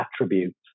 attributes